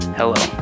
Hello